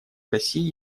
россией